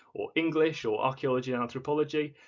or english, or archaeology and anthropology,